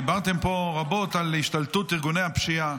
דיברתם פה רבות על השתלטות ארגוני הפשיעה.